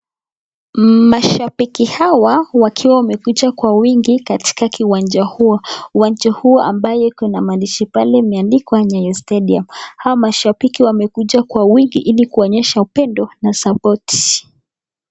Mashabiki hawa wakiwa wamekuja kwa wingi katika kiwanja huo, uwanja huo ambaye kuna maandishi pale imeandikwa nyayo stadium . Hawa mashabiki wamekuja kwa wingi ilikuonyesha upendo na sapoti.